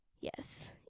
yes